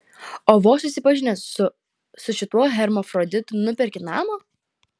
o vos susipažinęs su su šituo hermafroditu nuperki namą